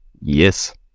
Yes